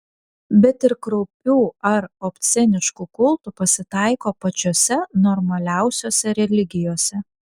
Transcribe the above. bet ir kraupių ar obsceniškų kultų pasitaiko pačiose normaliausiose religijose